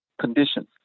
conditions